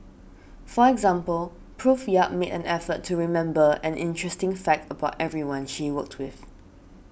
for example Prof Yap made an effort to remember an interesting fact about everyone she worked with